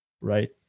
right